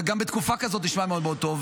וגם בתקופה כזאת נשמע מאוד מאוד טוב,